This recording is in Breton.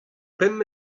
pemp